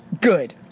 good